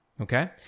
Okay